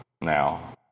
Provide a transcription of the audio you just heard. now